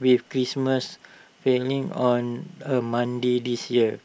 with Christmas failing on A Monday this year